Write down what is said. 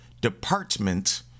Department